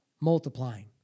multiplying